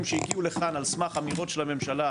שהגיעו לכאן על סמך אמירות של הממשלה,